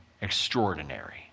extraordinary